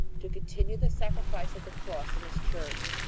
to continue the sacrifice of the cross in his church.